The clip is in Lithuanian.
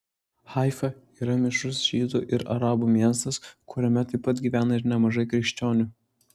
haifa yra mišrus žydų ir arabų miestas kuriame taip pat gyvena ir nemažai krikščionių